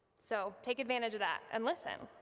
so take advantage of that and listen!